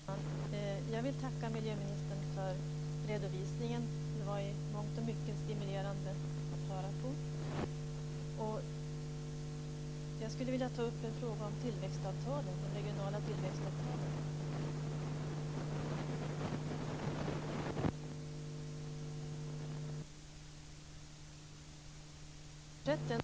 Herr talman! Jag vill tacka miljöministern för redovisningen. Det var i mångt och mycket stimulerande att höra på. Jag skulle vilja ta upp en fråga om de regionala tillväxtavtalen.